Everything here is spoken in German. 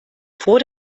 vor